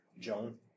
Joan